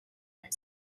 hours